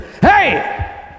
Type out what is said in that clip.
Hey